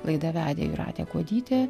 laidą vedė jūratė kuodytė